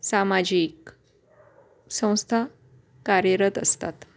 सामाजिक संस्था कार्यरत असतात